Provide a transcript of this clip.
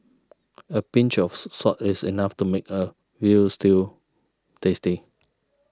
a pinch of salt is enough to make a Veal Stew tasty